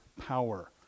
power